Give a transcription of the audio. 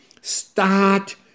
Start